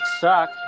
suck